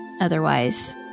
Otherwise